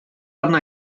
arna